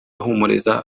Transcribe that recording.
ahumuriza